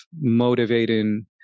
motivating